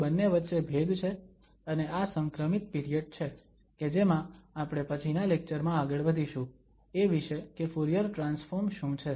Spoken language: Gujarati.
તો બંને વચ્ચે ભેદ છે અને આ સંક્રમિત પિરિયડ છે કે જેમાં આપણે પછીના લેક્ચર માં આગળ વધીશું એ વિશે કે ફુરીયર ટ્રાન્સફોર્મ શું છે